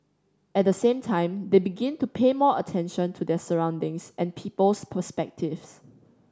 at the same time they begin to pay more attention to their surroundings and people's perspectives